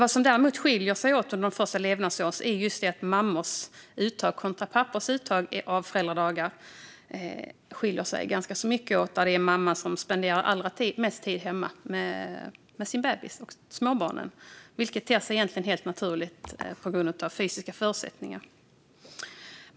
Vad som skiljer sig åt ganska mycket under de första levnadsåren är mammors respektive pappors uttag av föräldradagar. Det är mammorna som tillbringar allra mest tid hemma med bebisar och småbarn, vilket egentligen ter sig helt naturligt på grund av fysiska förutsättningar.